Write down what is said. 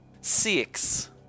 Six